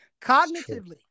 Cognitively